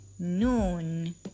Noon